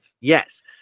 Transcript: Yes